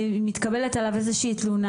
מתקבלת עליו איזושהי תלונה?